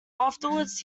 afterwards